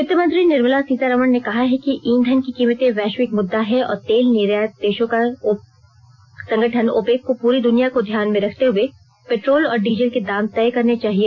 वित्तमंत्री निर्मला सीतारामन ने कहा है ईंधन की कीमतें वैश्विक मुद्दा है और तेल निर्यातक देशों का संगठन ओपेक को पूरी दुनिया को ध्यान में रखते हुए पेट्रोल और डीजल के दाम तय करने चाहिए